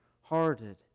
hearted